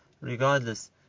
regardless